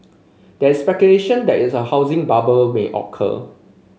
there is speculation that is a housing bubble may occur